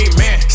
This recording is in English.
Amen